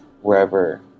wherever